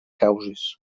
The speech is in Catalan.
causes